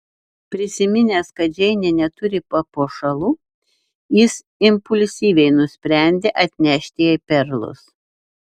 prisiminęs kad džeinė neturi papuošalų jis impulsyviai nusprendė atnešti jai perlus